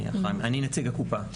אני נציג הקופה.